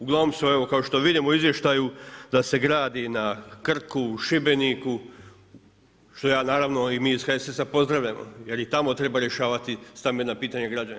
Uglavnom su evo kao što vidimo u izvještaju da se gradi na Krku, u Šibeniku, što ja naravno i mi iz HSS-a pozdravljamo jer i tamo treba rješavati stambena pitanja građana.